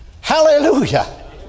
Hallelujah